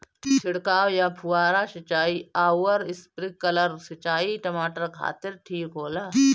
छिड़काव या फुहारा सिंचाई आउर स्प्रिंकलर सिंचाई टमाटर खातिर ठीक होला?